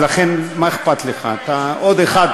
אז לכן מה אכפת לך עוד אחד,